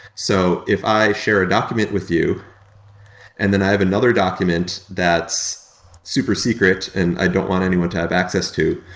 so if i share a document with you and then i have another document that's super secret and i don't want anyone to access to,